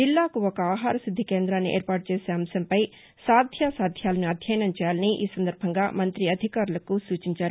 జిల్లాకు ఒక ఆహార శుద్ది కేంద్రాన్ని ఏర్పాటుచేసే అంశంపై సాధ్యాసాధ్యాలను అధ్యయనం చేయాలని ఈ సందర్బంగా మంత్రి అధికారులకు సూచించారు